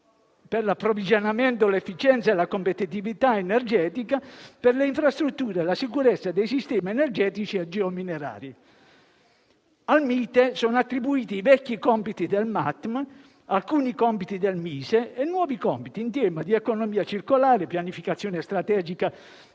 per l'approvvigionamento, l'efficienza e la competitività energetica, per le infrastrutture e la sicurezza dei sistemi energetici e geominerari. Al Mite sono attribuiti i vecchi compiti del Mattm, alcuni compiti del Mise e nuovi compiti in tema di economia circolare, pianificazione strategica